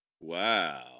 Wow